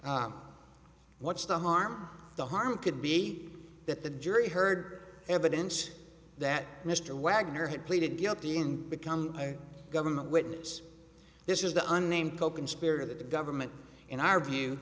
what's the harm the harm could be that the jury heard evidence that mr wagner had pleaded guilty and become a government witness this is the unnamed coconspirator that the government in our view